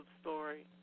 story